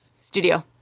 studio